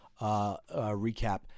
recap